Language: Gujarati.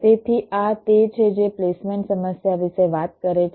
તેથી આ તે છે જે પ્લેસમેન્ટ સમસ્યા વિશે વાત કરે છે